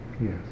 Yes